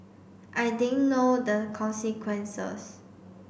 I didn't know the consequences